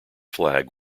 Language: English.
flag